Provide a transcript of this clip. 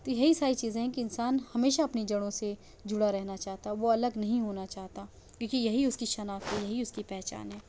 تو یہی ساری چیزیں ہیں کہ انسان ہمیشہ اپنی جڑوں سے جُڑا رہنا چاہتا وہ الگ نہیں ہونا چاہتا کیوں کہ یہی اُس کی شناخت ہے یہی اُس کی پہچان ہے